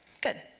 good